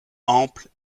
ample